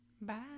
Bye